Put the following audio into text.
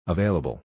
Available